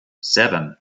seven